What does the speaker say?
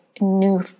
new